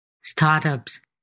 startups